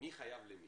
מי חייב למי.